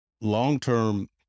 long-term